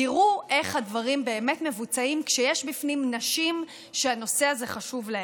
תראו איך הדברים באמת מבוצעים כשיש בפנים נשים שהנושא הזה חשוב להן.